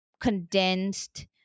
condensed